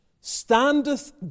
standeth